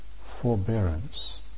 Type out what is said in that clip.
forbearance